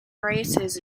races